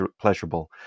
pleasurable